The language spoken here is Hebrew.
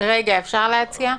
אפשר להציע?